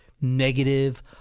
negative